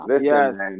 Yes